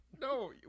no